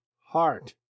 heart